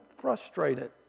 frustrated